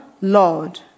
Lord